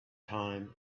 time